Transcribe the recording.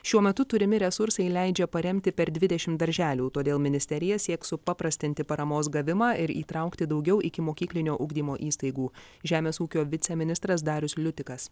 šiuo metu turimi resursai leidžia paremti per dvidešim darželių todėl ministerija sieks supaprastinti paramos gavimą ir įtraukti daugiau ikimokyklinio ugdymo įstaigų žemės ūkio viceministras darius liutikas